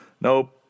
Nope